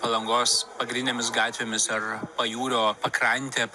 palangos pagrindinėmis gatvėmis ar pajūrio pakrante